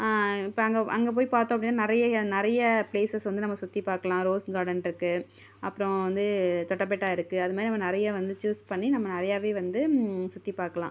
இப்போ அங்கே போய் பார்த்தோம் நிறைய நிறைய ப்லேசஸ் வந்து நம்ம சுற்றி பார்க்கலாம் ரோஸ் கார்டன் இருக்கு அப்புறோம் வந்து தொட்ட பெட்டா இருக்கு அது மாதிரி நிறைய வந்து சூஸ் பண்ணி நம்ம நிறையாவே வந்து சுற்றி பார்க்லாம்